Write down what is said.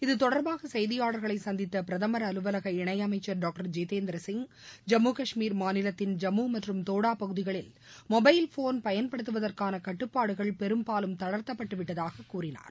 இத்தொடர்பாக செய்தியாளர்களை சந்தித்த பிரதமர் அலுவலக இணையமைச்சர் டாங்டர் ஜித்தேந்திர சிங் ஜம்மு காஷ்மீர் மாநிலத்தின் ஜம்மு மற்றும் தோடா பகுதிகளில் மொபைல் போன் பயன்படுத்துவதற்கான கட்டுப்பாடுகள் பெரும்பாலும் தளர்த்தப்பட்டு விட்டதாக கூறினார்